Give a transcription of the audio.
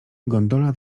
gondola